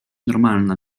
normalna